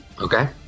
Okay